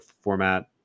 format